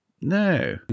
No